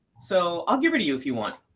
so i'll give her to you if you want.